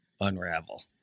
unravel